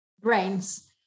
brains